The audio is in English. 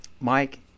Mike